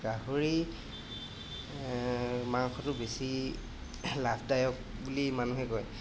গাহৰি মাংসটো বেছি লাভদায়ক বুলি মানুহে কয়